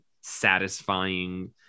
satisfying